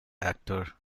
actor